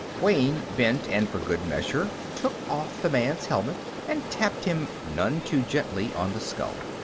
wayne bent and, for good measure, took off the man's helmet and tapped him none too gently on the skull.